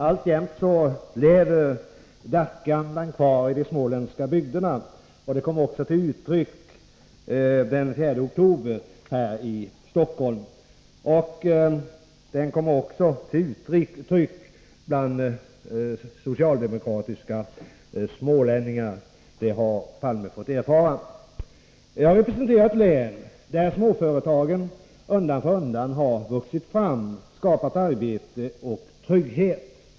Alltjämt lever Dackeandan kvar i de småländska bygderna, och det kom också till uttryck den 4 oktober här i Stockholm, liksom det kommer till uttryck bland socialdemokratiska smålänningar — det har Olof Palme fått erfara. Jag representerar ett län där småföretagen undan för undan har vuxit fram, skapat arbete och trygghet.